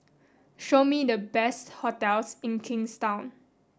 show me the best hotels in Kingstown